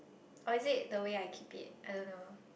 or is it the way I keep it I don't know